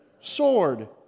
Sword